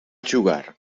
jugar